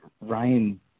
Ryan